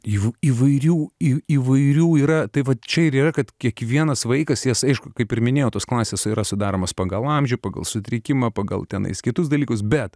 jų įvairių įvairių yra tai va čia ir yra kad kiekvienas vaikas jas aišku kaip ir minėjau tos klasės yra sudaromas pagal amžių pagal sutrikimą pagal tenais kitus dalykus bet